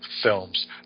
films